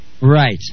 right